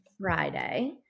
Friday